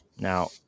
Now